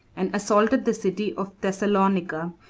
and assaulted the city of thessalonica,